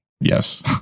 Yes